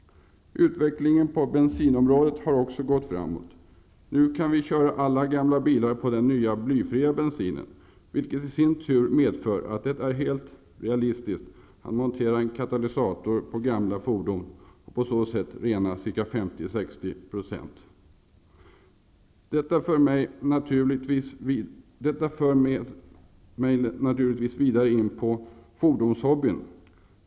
Utvecklingen på bensinområdet har också gått framåt. Nu kan vi köra alla gamla bilar på den nya blyfria bensinen, vilket i sin tur medför att det är helt realistiskt att montera en katalysator på gamla fordon och på så sätt rena ca 50--60 %. Detta för mig med naturlighet vidare in på fordonshobbyn.